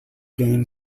gain